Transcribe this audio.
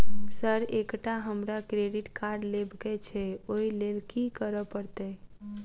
Sir एकटा हमरा credit card लेबकै छैय ओई लैल की करऽ परतै?